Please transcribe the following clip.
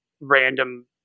random